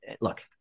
look